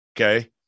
Okay